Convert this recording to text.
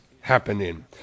happening